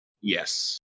Yes